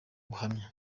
buhamya